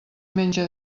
menja